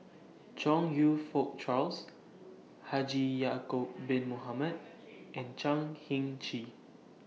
Chong YOU Fook Charles Haji Ya'Acob Bin Mohamed and Chan Heng Chee